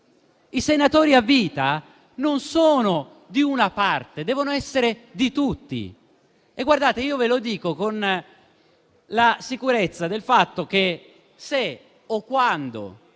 I senatori a vita non sono di una parte, ma devono essere di tutti. Io ve lo dico con la sicurezza del fatto che, se o quando